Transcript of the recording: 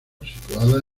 situada